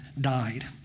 died